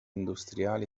industriali